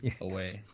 away